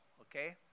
okay